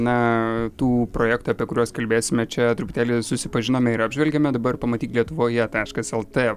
na tų projektų apie kuriuos kalbėsime čia truputėlį susipažinome ir apžvelgėme dabar pamatyk lietuvoje taškas lt